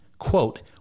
quote